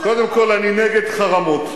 קודם כול, אני נגד חרמות.